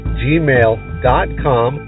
gmail.com